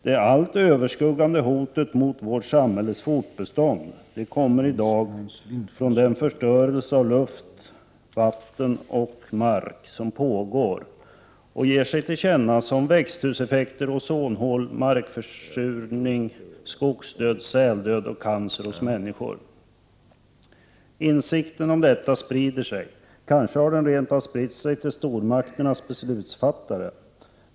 Det allt överskuggande hotet mot vårt samhälles fortbestånd kommer i dag från den förstörelse av luft, vatten och mark som pågår och som ger sig till känna genom växthuseffekter, ozonhål, markförsurning, skogsdöd, säldöd och cancer hos människor. Insikten om detta sprider sig — kanske har den rent av spritt sig till stormakternas beslutsfattare.